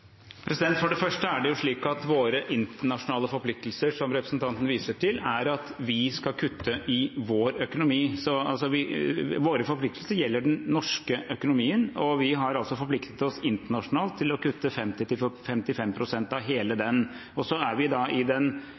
For det første er det slik at våre internasjonale forpliktelser, som representanten viser til, er at vi skal kutte i vår økonomi. Våre forpliktelser gjelder den norske økonomien, og vi har altså forpliktet oss internasjonalt til å kutte 50–55 pst. av hele den. I den nåværende, innmeldte planen er det noe vi gjør i